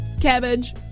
cabbage